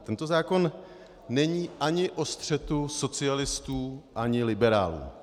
Tento zákon není ani o střetu socialistů a liberálů.